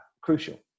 crucial